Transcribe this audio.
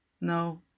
no